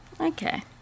Okay